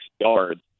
yards